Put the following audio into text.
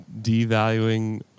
devaluing